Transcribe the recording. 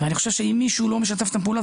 אני חושב שאם מישהו לא משתף איתם פעולה,